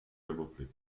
republik